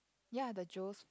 ya the Joe's food shack